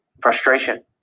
frustration